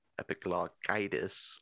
epiglottitis